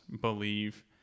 believe